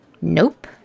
Nope